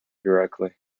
directly